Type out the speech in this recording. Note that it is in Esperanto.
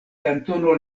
kantono